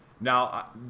now